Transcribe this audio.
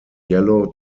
yellow